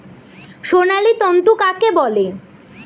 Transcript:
সোনালী তন্তু কাকে বলে?